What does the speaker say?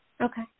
Okay